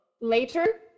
later